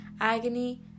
agony